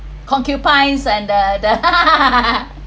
concubines and the the